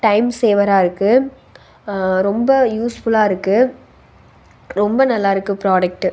time சேவராக இருக்குது ரொம்ப யூஸ்ஃபுல்லாக இருக்குது ரொம்ப நல்லா இருக்குது ப்ராடக்டு